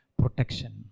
protection